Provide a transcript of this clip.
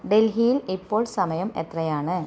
ഡൽഹിയിൽ ഇപ്പോൾ സമയം എത്രയാണ്